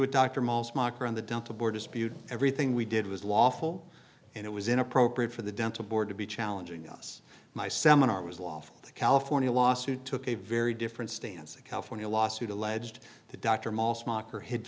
dispute everything we did was lawful and it was inappropriate for the dental board to be challenging yes my seminar was lawful the california lawsuit took a very different stance a california lawsuit alleged the doctor mall smock or hid